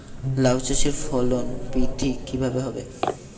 লাউ চাষের ফলন বৃদ্ধি কিভাবে হবে?